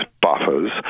buffers